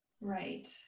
Right